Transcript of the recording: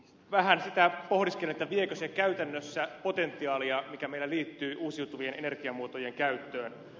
vähän sitä pohdiskelin viekö se käytännössä potentiaalia mikä meillä liittyy uusiutuvien energiamuotojen käyttöön